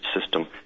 system